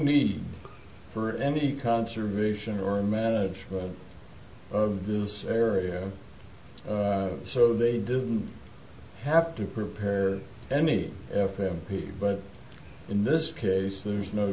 need for any conservation or management of this area so they didn't have to prepare any f m p but in this case there's no